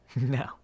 No